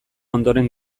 ondoren